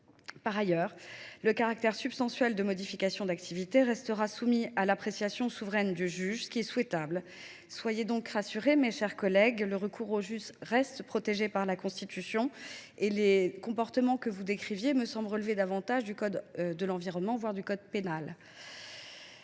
Par ailleurs, le caractère substantiel de modification d’activité restera opportunément soumis à l’appréciation souveraine du juge. Soyez rassurés, mes chers collègues, le recours au juge reste protégé par la Constitution. Les comportements que vous décriviez me semblent relever davantage du code de l’environnement, voire du code pénal.